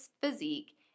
physique